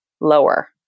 lower